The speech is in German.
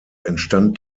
entstand